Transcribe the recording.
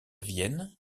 vienne